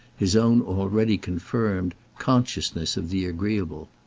his own already confirmed, consciousness of the agreeable.